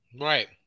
Right